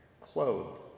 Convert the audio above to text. clothed